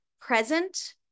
present